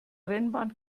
rennbahn